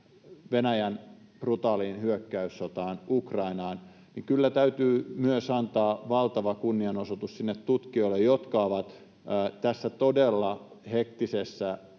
Venäjän brutaaliin hyökkäyssotaan Ukrainaan. Kyllä täytyy antaa valtava kunnianosoitus myös sinne tutkijoille, jotka ovat tässä todella hektisessä